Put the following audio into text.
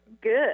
good